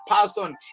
person